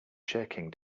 shaking